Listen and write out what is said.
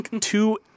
two